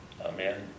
Amen